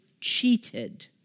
cheated